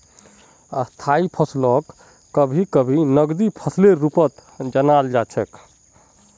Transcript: स्थायी फसलक कभी कभी नकदी फसलेर रूपत जानाल जा छेक